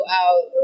out